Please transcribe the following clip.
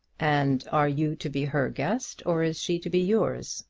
and are you to be her guest, or is she to be yours?